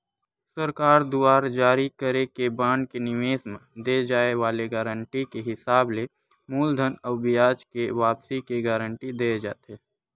सरकार दुवार जारी करे के बांड के निवेस म दे जाय वाले गारंटी के हिसाब ले मूलधन अउ बियाज के वापसी के गांरटी देय जाथे